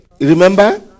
Remember